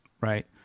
Right